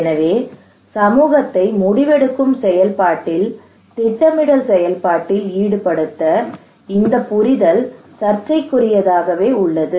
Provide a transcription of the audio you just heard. எனவே சமூகத்தை முடிவெடுக்கும் செயல்பாட்டில் திட்டமிடல் செயல்பாட்டில் ஈடுபடுத்த இந்த புரிதல் சர்ச்சைக்குரியதாகவே உள்ளது